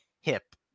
hip